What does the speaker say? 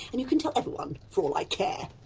and you can tell everyone for all i care.